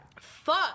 Fuck